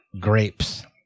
grapes